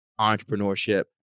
entrepreneurship